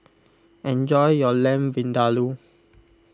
enjoy your Lamb Vindaloo